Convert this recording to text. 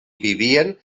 vivien